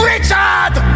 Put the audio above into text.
Richard